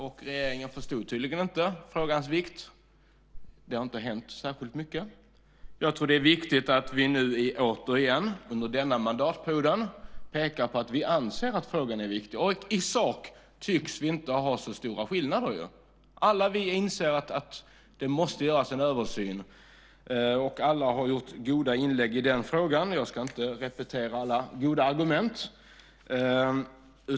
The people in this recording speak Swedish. Men regeringen förstod tydligen inte frågans vikt. Det har inte hänt särskilt mycket. Jag tror att det är viktigt att vi nu återigen under denna mandatperiod pekar på att vi anser att frågan är viktig. Och i sak tycks det inte vara så stor skillnad mellan oss. Alla vi inser att det måste göras en översyn, och alla har gjort goda inlägg i den frågan, och jag ska inte repetera alla goda argument.